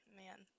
man